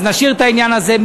אז נשאיר את העניין הזה.